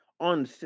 on